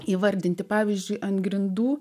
įvardinti pavyzdžiui ant grindų